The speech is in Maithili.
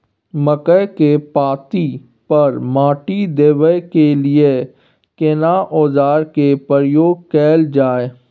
मकई के पाँति पर माटी देबै के लिए केना औजार के प्रयोग कैल जाय?